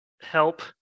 help